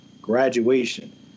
graduation